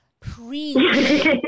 please